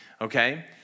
Okay